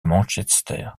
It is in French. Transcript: manchester